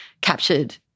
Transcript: captured